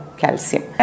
calcium